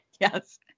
Yes